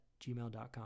gmail.com